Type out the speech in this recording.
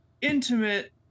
intimate